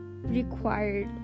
required